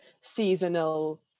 seasonal